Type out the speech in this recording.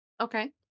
Okay